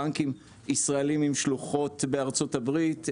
בנקים ישראליים עם שלוחות בארצות הברית,